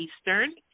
Eastern